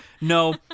no